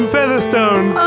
Featherstone